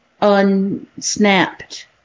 unsnapped